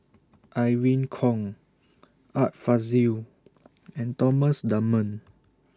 Irene Khong Art Fazil and Thomas Dunman